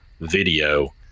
video